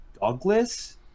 Douglas